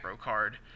card